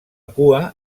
cua